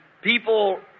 people